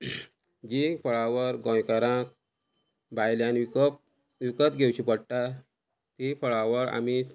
जी फळावर गोंयकारांक भायल्यान विकप विकत घेवची पोडटा ही फळावळ आमी